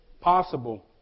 possible